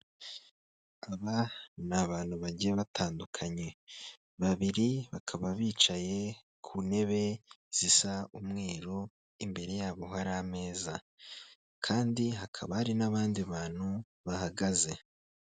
Aba ni abantu bagiye batandukanye, babiri bakaba bicaye ku ntebe zisa umweru imbere yabo hari ameza, kandi hakaba hari n'abandi bantu bahagaze.